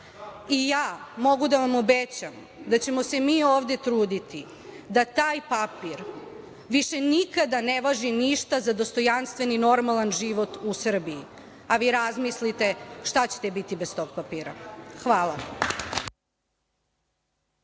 mogu da vam obećam da ćemo se mi ovde truditi da taj papir više nikada ne važi ništa za dostojanstven i normalan život u Srbiji, a vi razmislite šta ćete biti bez tog papira. Hvala.